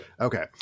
Okay